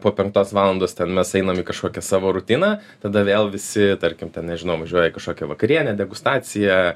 po penktos valandos ten mes einam į kažkokią savo rutiną tada vėl visi tarkim ten nežinau važiuoja į kažkokią vakarienę degustaciją